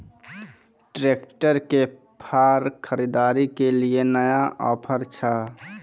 Tractor के फार खरीदारी के लिए नया ऑफर छ?